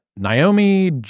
Naomi